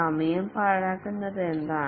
സമയം പാഴാക്കുന്നത് എന്താണ്